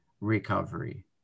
recovery